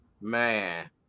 Man